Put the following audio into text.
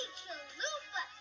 chalupa